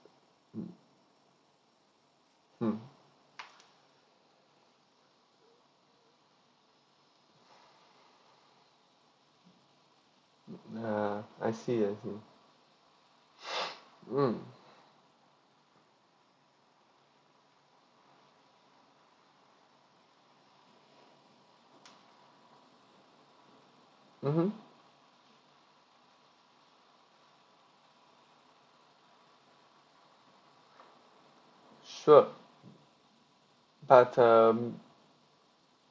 mm mm ah I see I see mm mmhmm sure but um